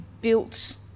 built